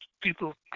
People